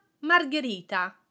margherita